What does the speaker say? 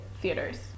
theaters